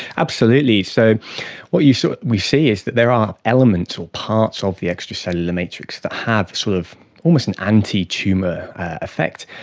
absolutely. so what so we see is that there are elements or parts of the extracellular matrix that have sort of almost an anti-tumour effect.